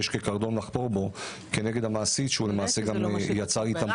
כקרדום לחפור בו נגד המעסיק שיצר איתם --- עבודה.